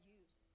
use